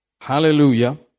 Hallelujah